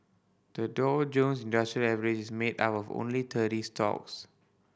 the Dow Jones Industrial Average is made up of only thirty stocks